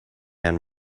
and